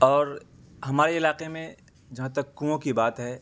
اور ہمارے علاقے میں جہاں تک کنوؤں کی بات ہے